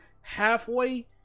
halfway